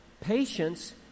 patience